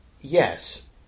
Yes